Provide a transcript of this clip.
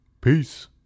Peace